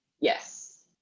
Yes